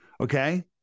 okay